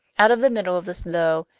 out of the middle of this low,